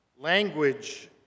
Language